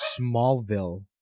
Smallville